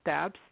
steps